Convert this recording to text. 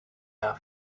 are